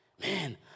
Man